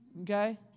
Okay